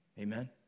Amen